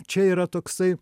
čia yra toksai